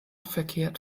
verkehrt